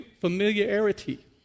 familiarity